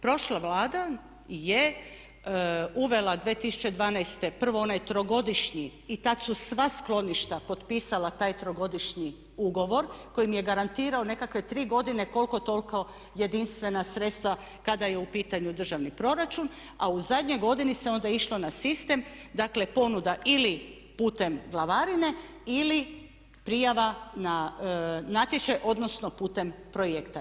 Prošla Vlada je uvela 2012. prvo onaj trogodišnji, i tada su sva skloništa potpisala taj trogodišnji ugovor koji im je garantirao nekakve tri godine koliko toliko jedinstvena sredstva kada je u pitanju državni proračun a u zadnjoj godini se onda išlo na sistem, dakle ponuda ili putem glavarine ili prijava na natječaj odnosno putem projekta.